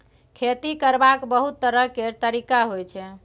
खेती करबाक बहुत तरह केर तरिका होइ छै